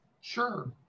Sure